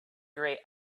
grey